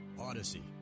Odyssey